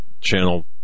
channel